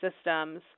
systems